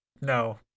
No